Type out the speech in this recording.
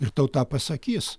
ir tauta pasakys